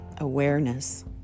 Awareness